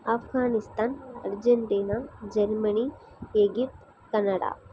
Afghanistan Argentina Germany Egypt Canada